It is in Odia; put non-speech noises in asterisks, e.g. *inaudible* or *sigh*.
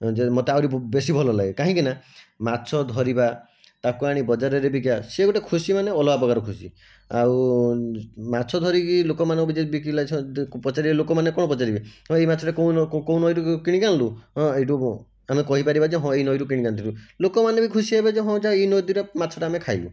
ଯେ ମୋତେ ଆହୁରି ବେଶୀ ଭଲ ଲାଗେ କାହିଁକିନା ମାଛ ଧରିବା ତାକୁ ଆଣି ବଜାରରେ ବିକିବା ସେ ଗୋଟିଏ ଖୁସି ମାନେ ଅଲଗା ପ୍ରକାର ଖୁସି ଆଉ ମାଛ ଧରିକି ଲୋକମାନେ ଯଦି ପିଲା ଛୁଆ ପଚାରିବା ଲୋକମାନେ କ'ଣ ପଚାରିବେ ଏଇ ମାଛଟା କେଉଁଦିନ କେଉଁ ନଈରୁ କିଣିକି ଆଣିଲୁ *unintelligible* ଆମେ କହିପାରିବା ଯେ ହଁ ଏଇ ନଈରୁ କିଣିକି ଆଣିଥିଲୁ ଲୋକମାନେ ବି ଖୁସି ହେବେ ଯେ ହଁ ଯେ ଏଇ ନଦୀର ମାଛଟା ଆମେ ଖାଇଲୁ